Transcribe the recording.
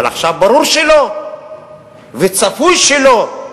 אבל עכשיו ברור שלא וצפוי שלא.